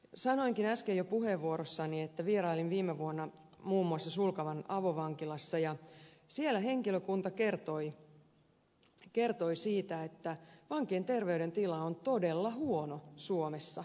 sanoinkin äsken jo puheenvuorossani että vierailin viime vuonna muun muassa sulkavan avovankilassa ja siellä henkilökunta kertoi siitä että vankien terveydentila on todella huono suomessa